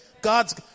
God's